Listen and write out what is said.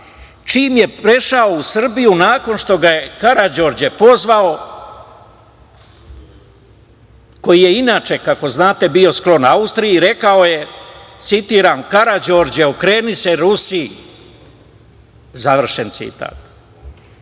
čim je prešao u Srbiju, nakon što ga je Karađorđe pozvao, koji je inače, kako znate, bio sklon Austriji, rekao je, citiram: „Karađorđe, okreni se Rusiji“. Završen